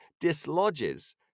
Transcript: dislodges